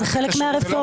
זה חלק מהרפורמה.